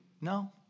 No